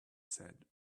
said